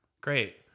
Great